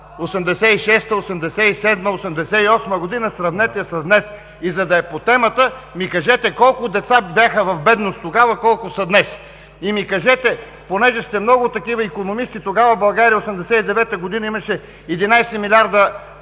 1986 г., 1987 г., 1988 г. Сравнете я с днес. За да е по темата: кажете ми колко деца бяха в бедност тогава, колко са днес? И ми кажете, понеже сте много икономисти, тогава България – 1989 г., имаше 11 милиарда